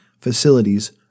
facilities